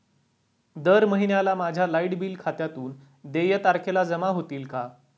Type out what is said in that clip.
दर महिन्याला माझ्या लाइट बिल खात्यातून देय तारखेला जमा होतील का?